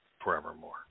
forevermore